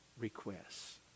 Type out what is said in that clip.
requests